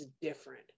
different